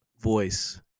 voice